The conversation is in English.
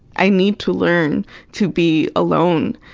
i need to learn to be alone,